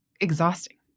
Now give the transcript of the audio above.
exhausting